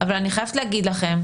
אבל אני חייבת להגיד לכם,